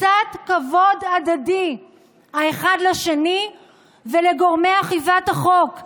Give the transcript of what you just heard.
קצת כבוד הדדי האחד לשני ולגורמי אכיפת החוק,